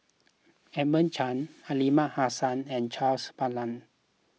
Edmund Chen Aliman Hassan and Charles Paglar